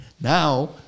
Now